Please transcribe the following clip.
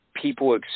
People